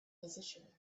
position